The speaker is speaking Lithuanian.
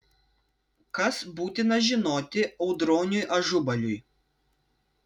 kas būtina žinoti audroniui ažubaliui